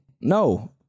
No